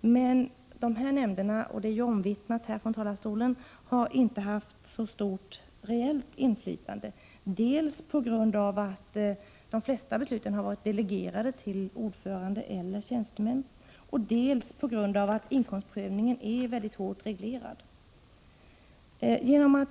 men de nämnderna — det har omvittnats från kammarens talarstol — har inte haft så stort reellt inflytande, dels på grund av att det flesta besluten har varit delegerade till ordförande eller tjänstemän, dels på grund av att inkomstprövningen är mycket hårt reglerad.